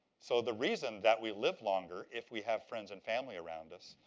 so the reason that we live longer if we have friends and family around us,